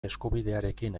eskubidearekin